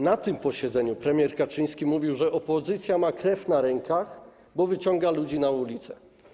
Na tym posiedzeniu premier Kaczyński mówił, że opozycja ma krew na rękach, bo wyciąga ludzi na ulice.